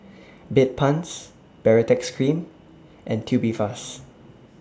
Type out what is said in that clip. Bedpans Baritex Cream and Tubifast